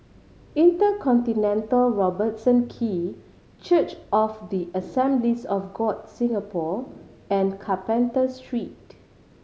InterContinental Robertson Quay Church of the Assemblies of God Singapore and Carpenter Street